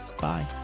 Bye